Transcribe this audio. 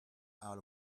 out